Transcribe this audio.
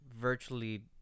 virtually